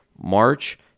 March